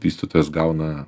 vystytojas gauna